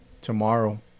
tomorrow